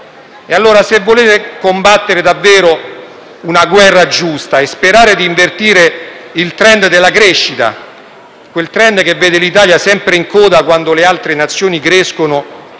bisogno. Se volete combattere davvero una guerra giusta e sperare di invertire il *trend* della crescita, quel *trend* che vede l'Italia sempre in coda quando le altre nazioni crescono